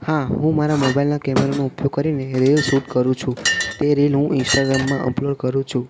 હા હું મારા મોબાઈલના કેમેરાનો ઉપયોગ કરીને રિલ સૂટ કરું છું તે રિલ હું ઇન્સ્ટાગ્રામમાં અપલોડ કરું છું